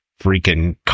freaking